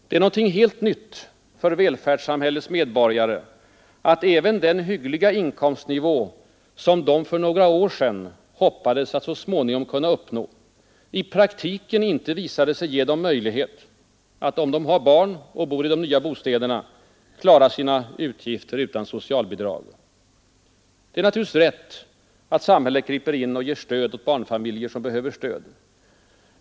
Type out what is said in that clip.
Det är någonting helt nytt för välfärdssamhällets medborgare att även den hyggliga inkomstnivå som de för några år sedan hoppades att småningom kunna uppnå i praktiken visade sig inte ge dem möjlighet att — om de har barn och bor i de nya bostäderna — klara sina utgifter utan socialbidrag. Det är naturligtvis rätt att samhället griper in och ger stöd åt barnfamiljer som behöver stöd.